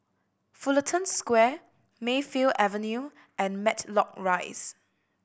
Fullerton Square Mayfield Avenue and Matlock Rise